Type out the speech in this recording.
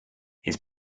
his